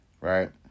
Right